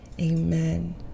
amen